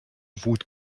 wut